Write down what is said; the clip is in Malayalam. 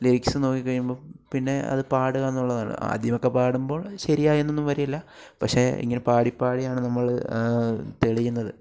ലിറിക്സ് നോക്കി കഴിയുമ്പം പിന്നെ അത് പാടുക എന്നുള്ളതാണ് ആദ്യമൊക്കെ പാടുമ്പോൾ ശരിയായെന്നൊന്നും വരില്ല പക്ഷേ ഇങ്ങനെ പാടി പാടിയാണ് നമ്മൾ തെളിയുന്നത്